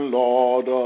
lord